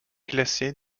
classé